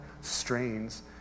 strains